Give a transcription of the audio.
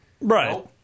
Right